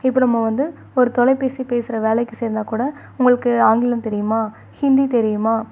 இப்போ நம்ம வந்து ஒரு தொலைபேசி பேசுகிற வேலைக்கு சேர்ந்தா கூட உங்களுக்கு ஆங்கிலம் தெரியுமா ஹிந்தி தெரியுமா